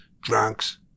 drunks